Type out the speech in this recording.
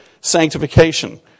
sanctification